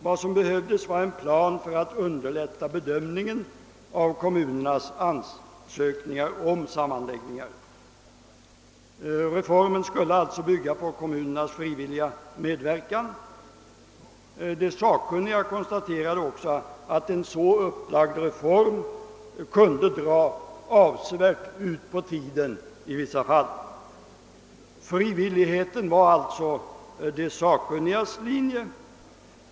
Vad som behövdes var en plan för att underlätta bedömningen av kommunernas ansökningar om sammanläggningar. Reformen skulle alltså bygga på kommunernas frivilliga medverkan. De sakkunniga konstaterade också att en reform upplagd på sådant sätt kunde dra avsevärt ut på tiden i vissa fall. Frivilligheten var alltså de sakkunnigas linje.